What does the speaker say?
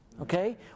Okay